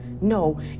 No